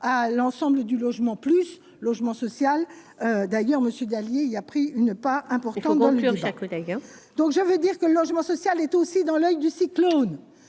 à l'ensemble du logement plus logement social d'ailleurs Monsieur Dallier il y a pris une part importante de conclure, d'ailleurs, donc je veux dire que le logement social est aussi dans l'oeil du cyclone,